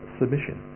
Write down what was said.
submission